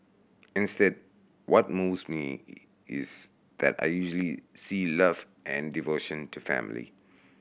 instead what moves me is that I usually see love and devotion to family